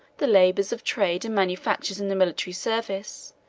the labors of trade and manufactures in the military service,